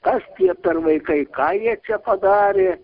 kas tie per vaikai ką jie čia padarė